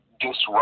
disrupt